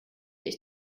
ich